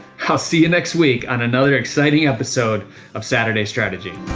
i'll see you next week on another exciting episode of saturday strategy.